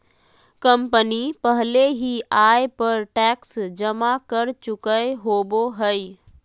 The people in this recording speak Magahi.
कंपनी पहले ही आय पर टैक्स जमा कर चुकय होबो हइ